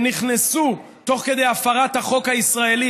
שנכנסו תוך כדי הפרת החוק הישראלי,